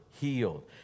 healed